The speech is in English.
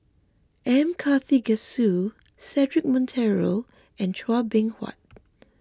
M Karthigesu Cedric Monteiro and Chua Beng Huat